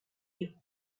you